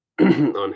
on